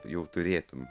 jau turėtum